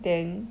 then